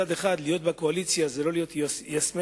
מצד אחד להיות בקואליציה זה לא להיות "יס מן",